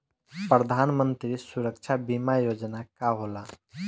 प्रधानमंत्री सुरक्षा बीमा योजना का होला?